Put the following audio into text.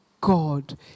God